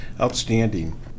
Outstanding